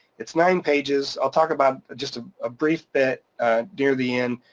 it's nine pages, i'll talk about just a brief bit near the end,